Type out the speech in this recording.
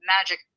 magic